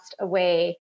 away